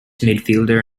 midfielder